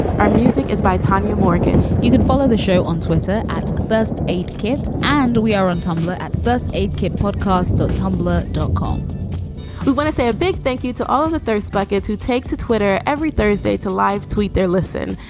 our music is by tanya morgan you can follow the show on twitter at first aid kit and we are on tumblr at first aid kit podcast or tumblr dot com we want to say a big thank you to all of those buckets who take to twitter every thursday to live. tweet their listen.